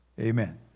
Amen